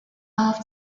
off